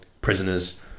Prisoners